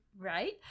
Right